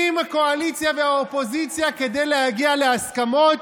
הקואליציה והאופוזיציה כדי להגיע להסכמות?